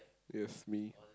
yes me